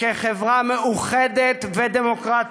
כחברה מאוחדת ודמוקרטית,